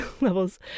levels